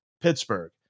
Pittsburgh